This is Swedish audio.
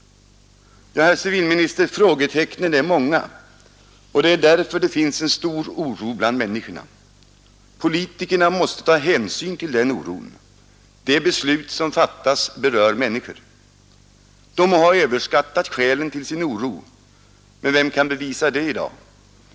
Ja, herr civilminister, frågetecknen är många, och därför finns en stor oro bland människorna. Politikerna måste ta hänsyn till den oron. De beslut som fattas berör människor. De må ha överskattat skälen till sin oro — men vem kan bevisa det i dag?